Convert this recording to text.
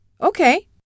Okay